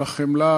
על החמלה,